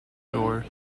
door